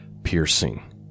piercing